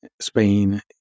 Spain